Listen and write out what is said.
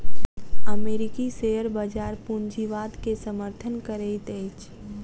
अमेरिकी शेयर बजार पूंजीवाद के समर्थन करैत अछि